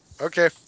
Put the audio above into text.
Okay